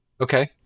Okay